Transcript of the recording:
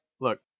Look